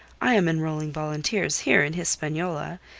i am enrolling volunteers here in hispaniola,